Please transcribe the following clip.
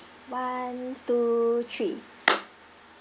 one two three